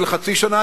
של חצי שנה.